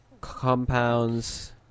compounds